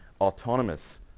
autonomous